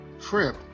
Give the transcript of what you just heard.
trip